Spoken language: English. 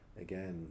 again